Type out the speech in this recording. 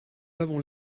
avons